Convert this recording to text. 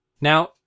Now